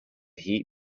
heat